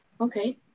okay